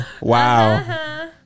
Wow